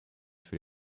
für